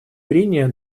прения